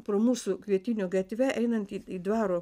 pro mūsų kvietinių gatve einantį į dvaro